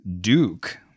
Duke